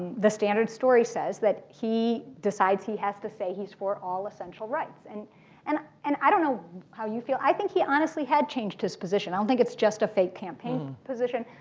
the standard story says that he decides he has to say he's for all essential rights. and and and i don't know how you feel. i think he honestly changed his position. i don't think it's just a fake campaign position.